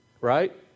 Right